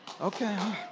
Okay